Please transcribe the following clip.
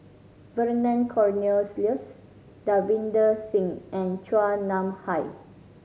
Vernon Cornelius Davinder Singh and Chua Nam Hai